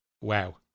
Wow